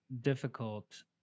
difficult